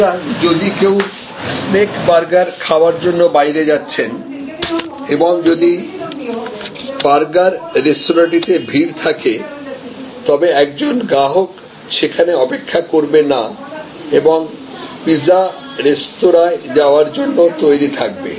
সুতরাং যদি কেউ স্নেক বার্গার খাওয়ার জন্য বাইরে যাচ্ছেন এবং যদি বার্গার রেস্তোঁরাটিতে ভিড় থাকে তবে একজন গ্রাহক সেখানে অপেক্ষা করবে না এবং পিৎজা রেস্তোঁরায় যাওয়ার জন্য তৈরি থাকবে